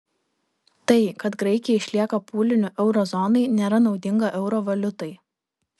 tai kad graikija išlieka pūliniu euro zonai nėra naudinga euro valiutai